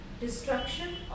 Destruction